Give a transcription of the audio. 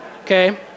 Okay